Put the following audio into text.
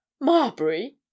Marbury